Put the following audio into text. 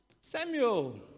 Samuel